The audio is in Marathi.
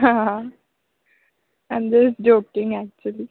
हां आयम जस्ट जोकिंग ॲक्चुली